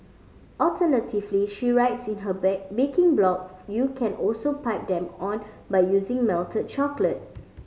alternatively she writes in her bake baking blogs you can also pipe them on by using melted chocolate